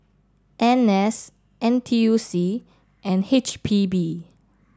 N S N T U C and H P B